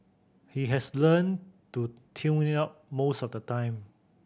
he has learnt to tune it out most of the time